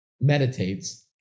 meditates